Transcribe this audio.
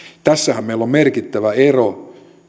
tässähän meillä on merkittävä ero